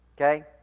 Okay